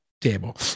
table